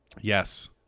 Yes